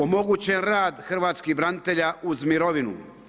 Omogućen rad hrvatskih branitelja uz mirovinu.